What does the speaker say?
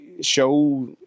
show